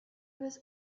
was